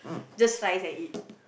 just rice and eat